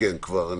כבר אתן.